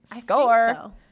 Score